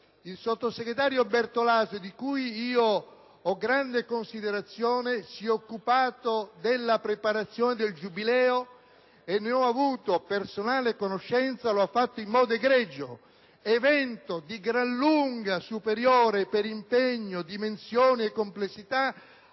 Il sottosegretario Bertolaso, di cui ho grande considerazione, si è occupato della preparazione del Giubileo (e, ne ho avuto personale conoscenza, lo ha fatto in modo egregio), evento di gran lunga superiore, per impegno, dimensione e complessità,